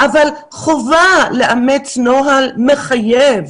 אבל חובה לאמץ נוהל מחייב